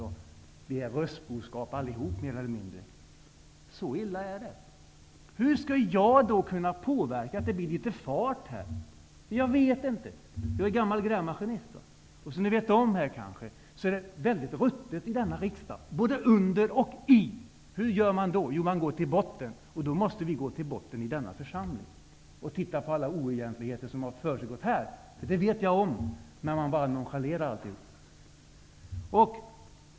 Vi är alla röstboskap mer eller mindre. Så illa är det. Hur skall jag då kunna påverka så att det blir litet fart här? Jag vet inte. Jag är gammal grävmaskinist. Som ni kanske vet är det väldigt ruttet i denna riksdag, både under och i. Hur gör man då? Jo, man går till botten. Vi måste då gå till botten i denna församling och titta på alla oegentligheter som har försiggått här. Det vet jag om, men man bara nonchalerar allt.